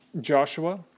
Joshua